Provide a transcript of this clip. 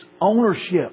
ownership